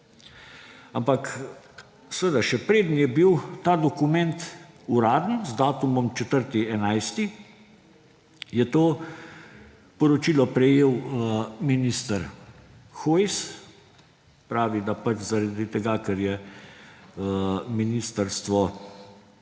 seveda, še preden je bil ta dokument uraden, z datumom 4. 11., je to poročilo prejel minister Hojs. Pravi, da pač zaradi tega, ker je ministrstvo